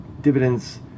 dividends